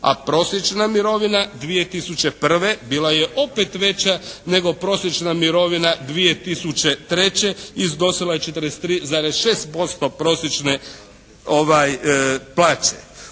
a prosječna mirovina 2001. bila je opet veća nego prosječna mirovina 2003. Iznosila je 43,6% prosječne plaće.